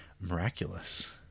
Miraculous